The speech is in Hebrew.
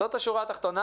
זאת השורה התחתונה,